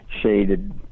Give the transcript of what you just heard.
shaded